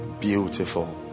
Beautiful